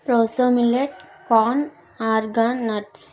proso millet corn groundnuts